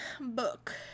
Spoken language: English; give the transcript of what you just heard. book